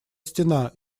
стена